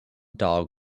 dog